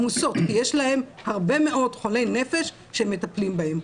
כי יש להם הרבה מאוד חולי נפש שהם מטפלים בהם.